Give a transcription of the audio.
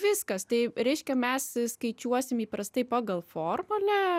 viskas tai reiškia mes skaičiuosim įprastai pagal formulę